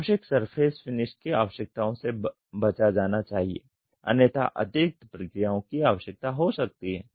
अनावश्यक surface finish की आवश्यकताओं से बचा जाना चाहिए अन्यथा अतिरिक्त प्रक्रियाओं की आवश्यकता हो सकती है